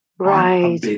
Right